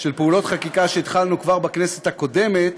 של פעולות חקיקה שהתחלנו כבר בכנסת הקודמת